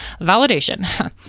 validation